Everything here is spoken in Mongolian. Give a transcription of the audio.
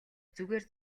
зүгээр